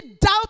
doubt